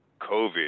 COVID